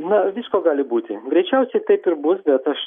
na visko gali būti greičiausiai taip ir bus bet aš